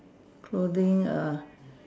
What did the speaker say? clothing err